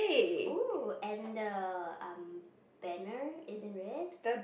oh and the um banner is in red